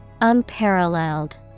Unparalleled